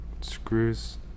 screws